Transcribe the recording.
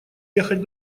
ехать